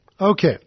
Okay